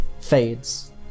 fades